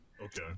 Okay